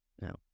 No